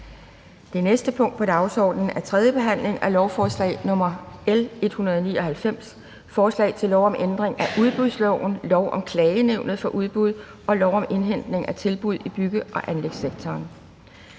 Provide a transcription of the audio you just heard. Det næste punkt på dagsordenen er: 17) 3. behandling af lovforslag nr. L 199: Forslag til lov om ændring af udbudsloven, lov om Klagenævnet for Udbud og lov om indhentning af tilbud i bygge- og anlægssektoren.